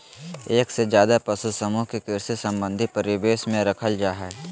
एक से ज्यादे पशु समूह के कृषि संबंधी परिवेश में रखल जा हई